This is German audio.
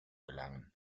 gelangen